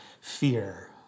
fear